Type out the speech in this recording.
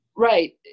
Right